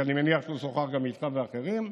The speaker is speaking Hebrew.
אני מניח שהוא גם שוחח איתך ועם אחרים.